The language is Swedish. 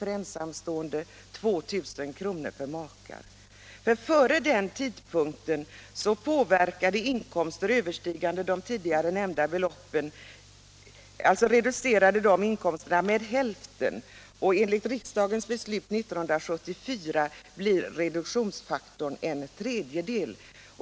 för ensamstående pensionär och 2 000 kr. för makar. Före denna tidpunkt påverkade hälften av inkomster överstigande nämnda belopp det kommunala bostadstillägget. Enligt riksdagens beslut 1974 blir reduktionsfaktorn en tredjedel.